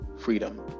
freedom